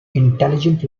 intelligent